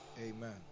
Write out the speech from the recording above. Amen